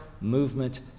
movement